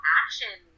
action